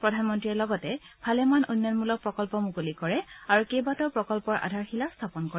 প্ৰধানমন্ত্ৰীয়ে লগতে ভালেমান উন্নয়নমূলক প্ৰকল্প মুকলি কৰে আৰু কেইবাটাও প্ৰকল্পৰ আধাৰশিলা স্থাপন কৰে